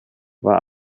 war